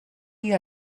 you